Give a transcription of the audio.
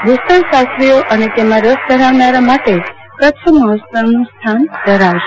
ભસ્તરશાસ્ત્રીઓ અને તેમાં રસ ધરાવનાર માટે કચ્છ મહત્વનું સ્થાન ધરાવશે